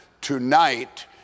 tonight